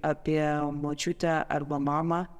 apie močiutę arba mamą